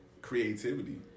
creativity